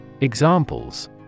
Examples